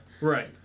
Right